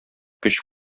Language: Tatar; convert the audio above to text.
көч